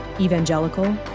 Evangelical